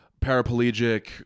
paraplegic